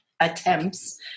attempts